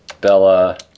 Bella